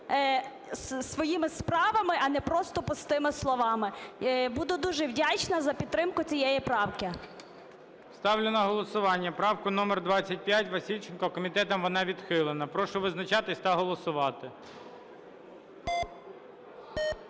своїми справами, а не просто пустими словами. Буду дуже вдячна за підтримку цієї правки. ГОЛОВУЮЧИЙ. Ставлю на голосування правку номер 25 Васильченко. Комітетом вона відхилена. Прошу визначатись та голосувати.